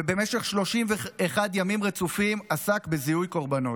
ובמשך 31 ימים רצופים עסק בזיהוי קורבנות.